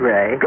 Ray